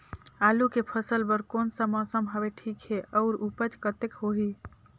आलू के फसल बर कोन सा मौसम हवे ठीक हे अउर ऊपज कतेक होही?